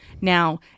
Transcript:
Now